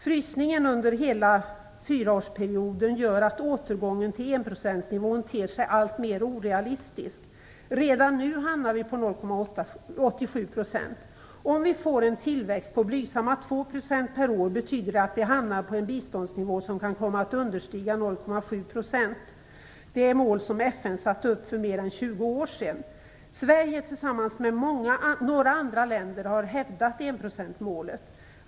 Frysningen under hela fyraårsperioden gör att återgången till enprocentsnivån ter sig allt mer orealistisk. Redan nu hamnar vi på 0,87 %. Om vi får en tillväxt på blygsamma 2 % per år betyder det att vi hamnar på en biståndsnivå som kan komma att understiga 0,7 %- det mål som FN satte upp för mer än Sverige tillsammans med några andra länder har hävdat enprocentsmålet.